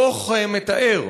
הדוח מתאר